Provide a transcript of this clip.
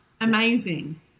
Amazing